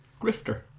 grifter